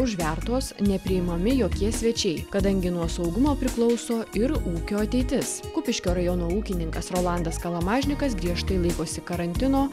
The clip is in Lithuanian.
užvertos nepriimami jokie svečiai kadangi nuo saugumo priklauso ir ūkio ateitis kupiškio rajono ūkininkas rolandas kalamažnikas griežtai laikosi karantino